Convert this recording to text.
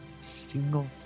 single